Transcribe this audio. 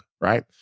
right